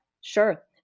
Sure